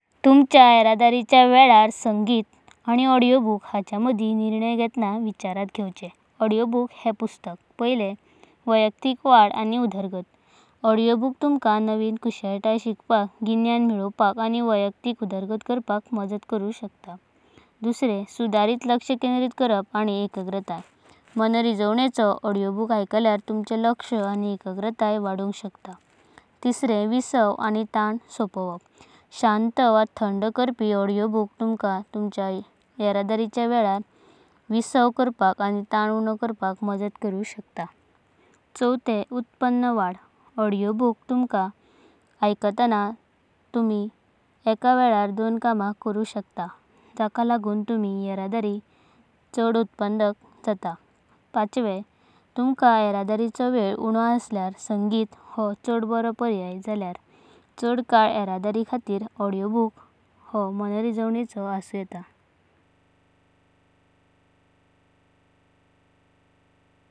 तुमचा येडारडीचा वेलार संगीत। आणि ऑडिओबुकांचा माडी निरणय घेतना विचारात घेवाचो ऑडिओबुक हे पुस्तक। वैयक्तिक वाडा आणि उदरगत ऑडिओबुक तूमका नवी कुशलतया शिकपका। ज्ञान मेलावपका आणि वैयक्तिक उदरगत करपाक मजता करूनका शकता। सुधारीत लक्ष केंद्रित करपा आणि एकाग्रतया सुधारपा मनरिजावणेचो ऑडिओबुक आयकळ्ळ्यारा तुमचें। लक्ष आणि एकाग्रतया वाढूंक शकता। विश्रांती आणि तणाव सोपवप शांत वा थंड करापी ऑडिओबुक। तूमका तुमच्या येडारडिच्या वेळार विश्रांति करपाक आणि तणाव उन्ह करपाक मजता करूनका शकता। उत्पादन वाढा ऑडिओबुक आयकताना तूमी एका वेळार दोन काम करूंका शकतता। जका लागूंना तुमची येडारड़ीं चड उत्पदाक जाता। तूमका येडारडीचो वेळ उन्ह आशलेर संगीत हो चड बरं परयाय जालयार चड वेल येडारडिक हातीरा। ऑडिओबुक हो मनरिजावणेचो असून येता।